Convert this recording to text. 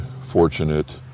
fortunate